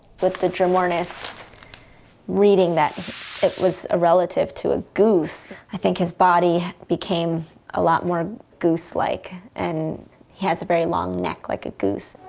with the dromornis reading that it was a relative to a goose, i think his body became a lot more goose-like and he has a very long neck like a goose